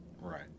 Right